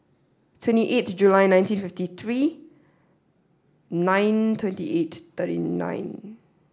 twenty eighth July nineteen fifty three nine twenty eight thirty nine